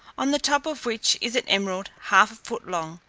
on the top of which is an emerald half a foot long,